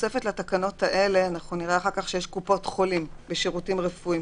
בתוספת לתקנות האלה אנחנו נראה שיש קופות חולים ושירותים רפואיים.